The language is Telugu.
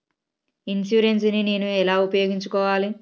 ఇన్సూరెన్సు ని నేను ఎలా వినియోగించుకోవాలి?